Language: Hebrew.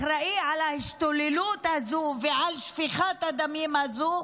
אחראי להשתוללות הזו ולשפיכת הדמים הזו,